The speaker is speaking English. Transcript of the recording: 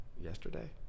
yesterday